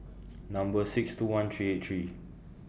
Number six two one three eight three